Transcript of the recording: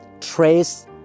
trace